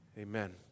Amen